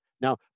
Now